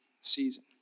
season